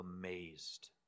amazed